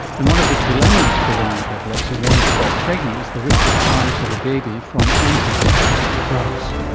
and one of the dilemmas for women with epilepsy wanting to fall pregnant is the risk of harm to the baby from antiepileptic drugs.